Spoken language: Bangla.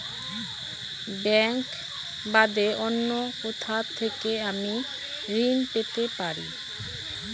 ব্যাংক বাদে অন্য কোথা থেকে আমি ঋন পেতে পারি?